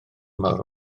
mawr